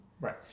right